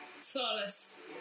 Solace